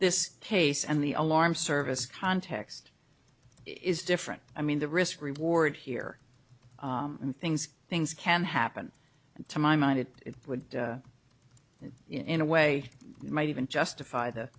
this case and the alarm service context is different i mean the risk reward here in things things can happen to my mind it would in a way might even justify the